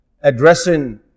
addressing